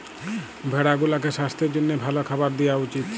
ভেড়া গুলাকে সাস্থের জ্যনহে ভাল খাবার দিঁয়া উচিত